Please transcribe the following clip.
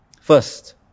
First